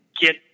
get